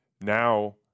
Now